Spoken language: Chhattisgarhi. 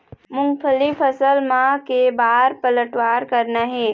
मूंगफली फसल म के बार पलटवार करना हे?